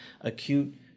acute